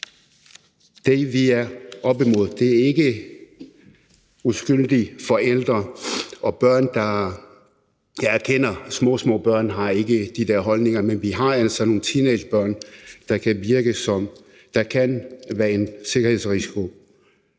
det, vi er oppe imod. Det er ikke uskyldige forældre og børn. Jeg erkender, at meget små børn ikke har de der holdninger, men der er altså nogle teenagebørn, der kan være en sikkerhedsrisiko.